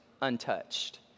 untouched